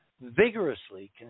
vigorously